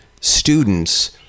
students